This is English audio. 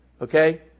okay